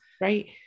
right